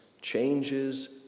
changes